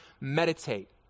meditate